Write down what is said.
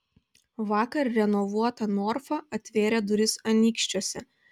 vakar renovuota norfa atvėrė duris anykščiuose